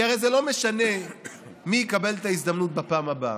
כי הרי זה לא משנה מי יקבל את ההזדמנות בפעם הבאה.